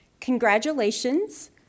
Congratulations